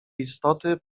istoty